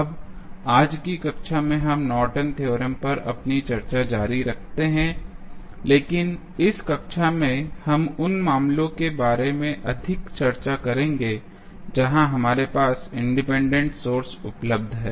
अब आज की कक्षा में हम नॉर्टन थ्योरम Nortons Theorem पर अपनी चर्चा जारी रखते हैं लेकिन इस कक्षा में हम उन मामलों के बारे में अधिक चर्चा करेंगे जहाँ हमारे पास इंडिपेंडेंट सोर्स उपलब्ध हैं